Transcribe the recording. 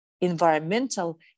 environmental